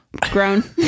Grown